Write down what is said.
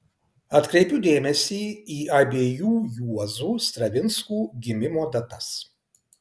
atkreipiu dėmesį į abiejų juozų stravinskų gimimo datas